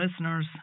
listeners